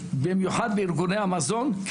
במיוחד בארגוני המזון,